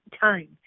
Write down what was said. time